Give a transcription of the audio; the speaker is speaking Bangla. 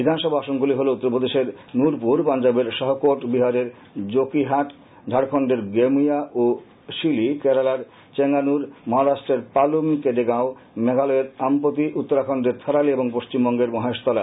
বিধানসভা আসনগুলি হলো উত্তরপ্রদেশের নুরপুর পাঞ্জাবের শাহকোট বিহারের জোকিহাট ঝাড়খন্ডের গোমিয়া ও শিলি কেরালার চেঙ্গানুর মহারাষ্ট্রের পালুস কেডেগাঁও মেঘালয়ের আমপতি উত্তরাখন্ডের থারালি এবং পশ্চিমবঙ্গের মহেশতলা